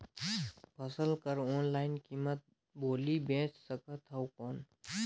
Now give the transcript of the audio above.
फसल कर ऑनलाइन कीमत बोली बेच सकथव कौन?